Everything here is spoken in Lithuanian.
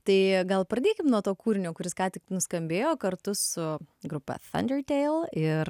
tai gal pradėkim nuo to kūrinio kuris ką tik nuskambėjo kartu su grupe thundertale ir